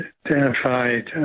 identified